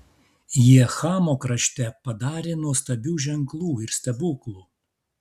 jie chamo krašte padarė nuostabių ženklų ir stebuklų